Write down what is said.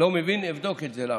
לא מבין, אבדוק למה.